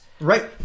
Right